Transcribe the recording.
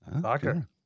Soccer